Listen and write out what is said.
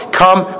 come